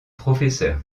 professeur